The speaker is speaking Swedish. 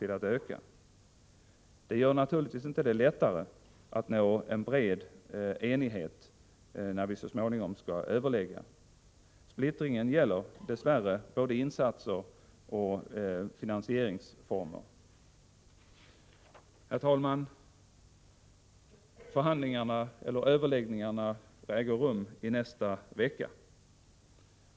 Det gör det naturligtvis inte lättare att nå bred enighet när vi så småningom skall överlägga. Splittringen gäller dess värre både insatser och finansieringsformer. Herr talman! Överläggningarna äger rum i nästa vecka.